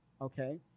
Okay